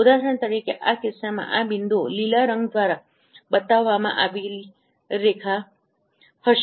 ઉદાહરણ તરીકેઆ કિસ્સામાં આ બિંદુઓ લીલા રંગ દ્વારા બતાવવામાં આવેલી રેખા હશે